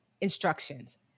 instructions